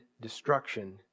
destruction